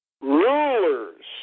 rulers